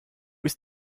ist